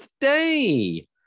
today